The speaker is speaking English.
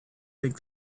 think